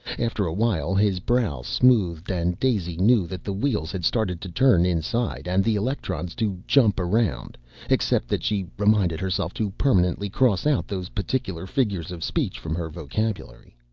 after a while his brow smoothed and daisy knew that the wheels had started to turn inside and the electrons to jump around except that she reminded herself to permanently cross out those particular figures of speech from her vocabulary.